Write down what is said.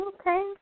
Okay